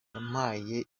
yampaye